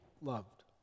loved